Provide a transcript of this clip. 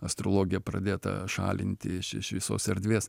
astrologija pradėta šalinti iš iš visos erdvės